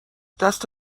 دست